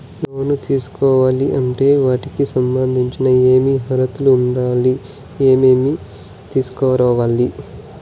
లోను తీసుకోవాలి అంటే వాటికి సంబంధించి ఏమి అర్హత ఉండాలి, ఏమేమి తీసుకురావాలి